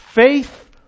Faith